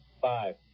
Five